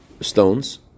stones